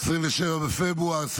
27 בפברואר 2024,